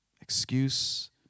Excuse